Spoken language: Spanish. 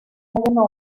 diecinueve